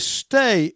stay